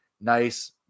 nice